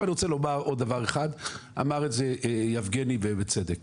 אני רוצה לומר עוד דבר אחד, אמר את זה בצדק יבגני